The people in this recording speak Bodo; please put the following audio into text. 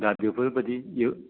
दा बेफोर बादि जो